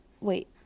wait